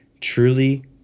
Truly